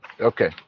Okay